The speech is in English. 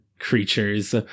creatures